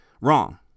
wrong